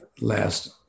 last